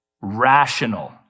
rational